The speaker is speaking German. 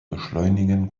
beschleunigen